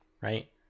right